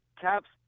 Caps